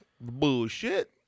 Bullshit